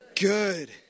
Good